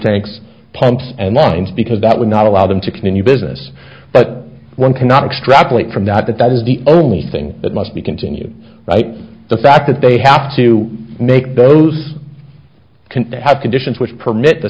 tanks pumps and lines because that would not allow them to continue business but one cannot extrapolate from that that that is the only thing that must be continued the fact that they have to make those can have conditions which permit the